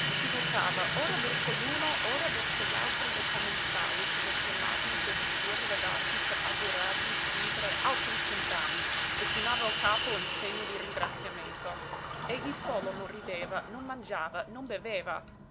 si voltava ora verso l'uno ora verso l'altro dei commensali che lo chiamavano coi bicchieri levati per augurargli di vivere altri cent'anni e chinava il capo in segno di ringraziamento egli solo non rideva non mangiava non beveva